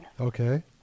Okay